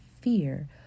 fear